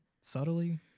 subtly